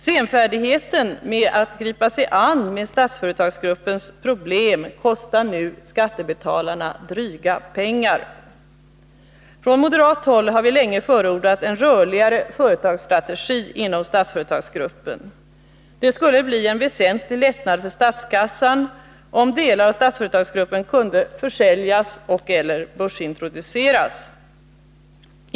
Senfärdigheten med att gripa sin an med Statsföretagsgruppens problem kostar skattebetalarna dryga pengar. Från moderat håll har vi länge förordat en rörligare företagsstrategi inom Statsföretagsgruppen. Det skulle bli en väsentlig lättnad för statskassan, om delar av Statsföretagsgruppen kunde försäljas och/eller börsintroduceras.